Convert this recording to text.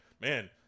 man